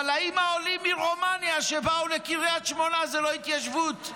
אבל האם העולים מרומניה שבאו לקריית שמונה זה לא התיישבות?